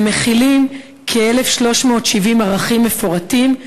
והם מכילים כ-1,370 ערכים מפורטים,